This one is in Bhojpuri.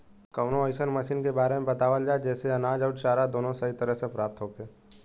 कवनो अइसन मशीन के बारे में बतावल जा जेसे अनाज अउर चारा दोनों सही तरह से प्राप्त होखे?